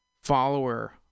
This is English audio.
follower